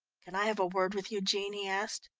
can i have a word with you, jean? he asked.